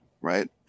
right